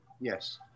Yes